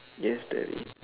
yes Daddy